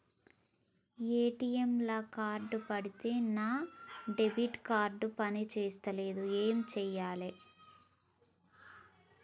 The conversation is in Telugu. ఏ.టి.ఎమ్ లా కార్డ్ పెడితే నా డెబిట్ కార్డ్ పని చేస్తలేదు ఏం చేయాలే?